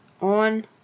on